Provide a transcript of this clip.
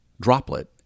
droplet